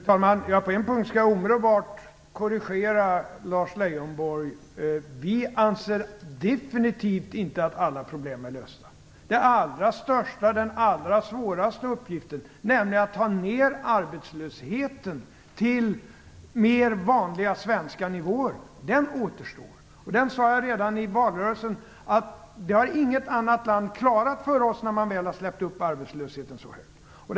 Fru talman! På en punkt skall jag omedelbart korrigera Lars Leijonborg. Vi anser definitivt inte att alla problem är lösta. Den allra största och svåraste uppgiften, nämligen att minska arbetslösheten till mer vanliga svenska nivåer, återstår. Jag sade redan i valrörelsen att inget annat land före oss har klarat det när arbetslösheten har blivit så hög.